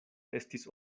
estis